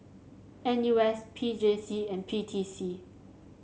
N U S P J C and P T C